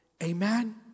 Amen